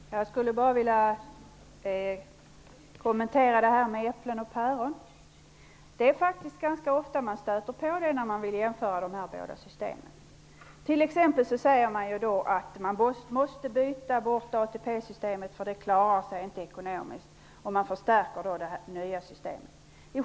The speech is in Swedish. Herr talman! Jag skulle bara vilja kommentera det här med äpplen och päron. Det är faktiskt ganska ofta man stöter på det när man jämför de båda systemen. Det sägs t.ex. att vi måste byta bort ATP systemet, för det klarar sig inte ekonomiskt, och att det nya systemet innebär en förstärkning.